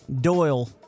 Doyle